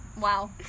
wow